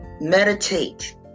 Meditate